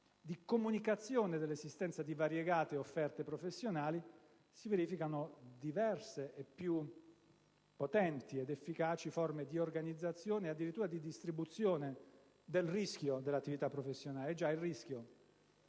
di comunicazione dell'esistenza di variegate offerte professionali, si verificano diverse e più potenti ed efficaci forme di organizzazione, addirittura di distribuzione, del rischio dell'attività professionale.